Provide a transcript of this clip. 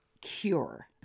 cure